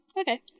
Okay